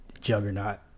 juggernaut